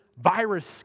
virus